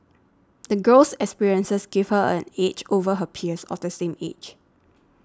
the girl's experiences gave her an edge over her peers of the same age